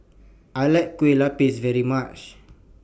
I like Kue Lupis very much